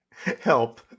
Help